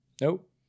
Nope